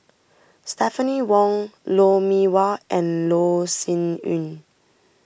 Stephanie Wong Lou Mee Wah and Loh Sin Yun